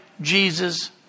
Jesus